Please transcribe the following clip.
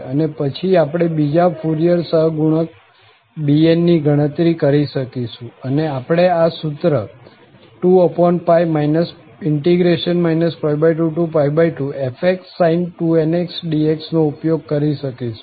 અને પછી આપણે બીજા ફુરિયર સહગુણક bnની ગણતરી કરી શકીશું અને આપણે આ સૂત્ર 2 22fxsin 2nx dx નો ઉપયોગ કરી શકીશું